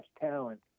talent